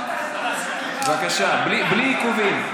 בבקשה, בלי עיכובים.